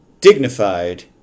dignified